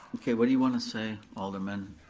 okay, what do you wanna say, alderman?